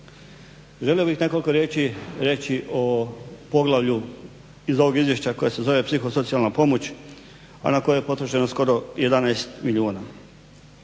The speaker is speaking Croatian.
Želio bih nekoliko riječi reći o poglavlju iz ovog izvješća, koje se zove psihosocijalna pomoć, a na koje je potrošeno skoro 11 milijuna.